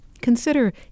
Consider